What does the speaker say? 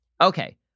Okay